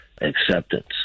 acceptance